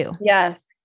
Yes